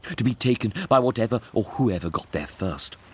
to be taken by whatever or whoever got there first.